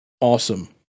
awesome